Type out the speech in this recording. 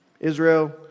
Israel